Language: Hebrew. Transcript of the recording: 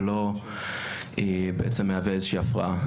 ולא מהווה איזו שהיא הפרעה.